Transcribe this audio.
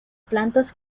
plantas